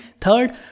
Third